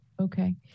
Okay